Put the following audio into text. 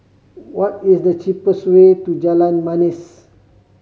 what is the cheapest way to Jalan Manis